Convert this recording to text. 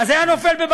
אז זה היה נופל בבג"ץ.